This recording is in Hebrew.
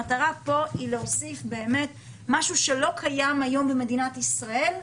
המטרה פה היא להוסיף משהו שלא קיים היום במדינת ישראל,